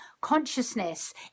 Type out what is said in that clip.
consciousness